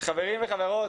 חברים וחברות,